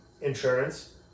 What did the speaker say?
insurance